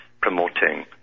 promoting